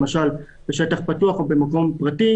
למשל בשטח פתוח או במקום פרטי